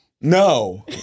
no